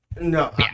no